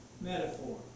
metaphor